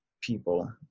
people